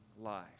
life